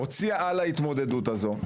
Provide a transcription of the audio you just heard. הוציאה על ההתמודדות הזו.